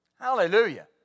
Hallelujah